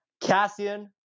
Cassian